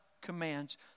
commands